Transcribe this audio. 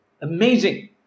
amazing